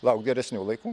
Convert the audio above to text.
laukt geresnių laikų